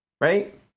right